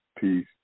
Peace